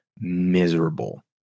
miserable